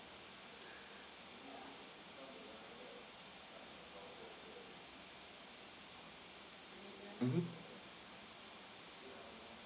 mmhmm